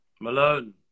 Malone